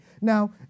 Now